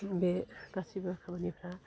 बे गासिबो खामानिफ्रा